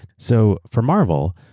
so for marvel,